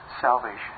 salvation